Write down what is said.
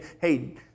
hey